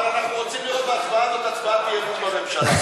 אבל אנחנו רוצים לראות בהצבעה הזאת הצבעת אי-אמון בממשלה.